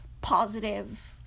positive